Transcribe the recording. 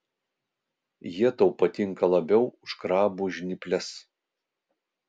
jie tau patinka labiau už krabų žnyples